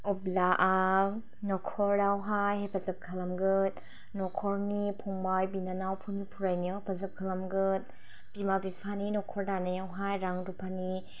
अब्ला आं नखरावहाय हेफाजाब खालामगोन नखरनि फंबाय बिनानावफोरनिफ्रायनो हेफाजाब खालामगोन बिमा बिफानि नखर दानायावहाय रां रुफानि